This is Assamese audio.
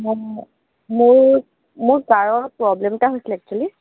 অ মোৰ মোৰ কাৰৰ প্ৰব্লেম এটা হৈছিলে একচুয়েলি